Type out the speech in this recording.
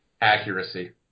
Accuracy